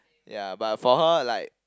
ya but for her like